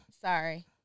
Sorry